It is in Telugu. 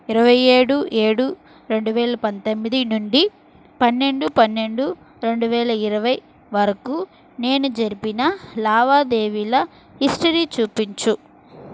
ఇరవై ఏడు ఏడు రెండు వేల పంతొమ్మిది నుండి పన్నెండు పన్నెండు రెండు వేల ఇరవై వరకు నేను జరిపిన లావాదేవీల హిస్టరీ చూపించుము